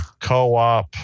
co-op